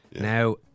Now